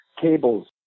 cables